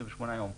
28 ימים.